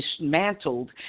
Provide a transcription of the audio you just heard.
dismantled